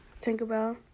Tinkerbell